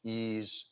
ease